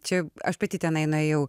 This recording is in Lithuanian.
čia aš pati tenai nuėjau